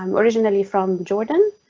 um originally from jordan,